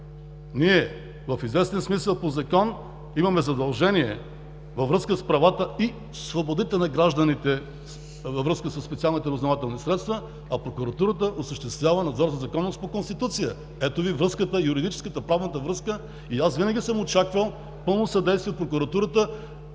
Ние в известен смисъл по Закон имаме задължение във връзка с правата и свободите на гражданите във връзка със специалните разузнавателни средства, а прокуратурата осъществява надзор за законност по Конституция. Ето ви връзката – юридическата, правната връзка, и аз винаги съм очаквал пълно съдействие от прокуратурата.